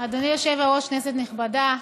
אדוני היושב-ראש, כנסת נכבדה,